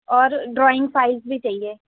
اور drawing files بھی چاہیے